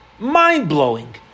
Mind-blowing